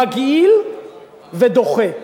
מגעיל ודוחה.